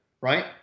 right